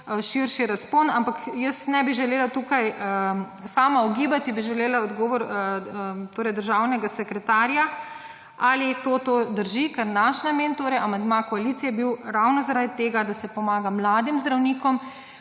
širši razpon, ampak jaz ne bi želela tukaj sama ugibati, bi želela odgovor torej državnega sekretarja, ali to drži, ker naš namen, torej amandma koalicije je bil ravno zaradi tega, da se pomaga mladim zdravnikom,